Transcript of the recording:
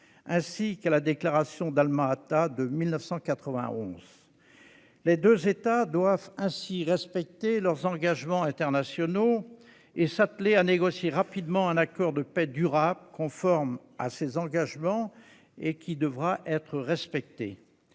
ainsi qu'à la déclaration d'Alma-Ata de 1991. Les deux États doivent respecter leurs engagements internationaux et s'atteler à négocier rapidement un accord de paix durable conforme à ces engagements, lequel devra bien sûr être respecté.